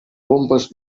bombes